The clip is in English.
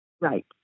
Right